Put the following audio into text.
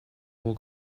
will